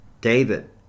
David